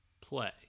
play